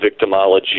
victimology